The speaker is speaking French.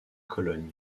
cologne